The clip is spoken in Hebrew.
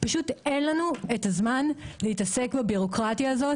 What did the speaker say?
פשוט אין לנו את הזמן להתעסק בבירוקרטיה הזאת.